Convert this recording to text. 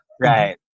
right